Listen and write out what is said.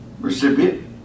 recipient